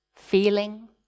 feeling